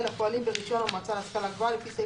הפועלים ברישיון המועצה להשכלה גבוהה לפי סעיף